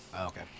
Okay